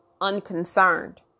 unconcerned